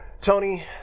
Tony